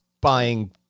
buying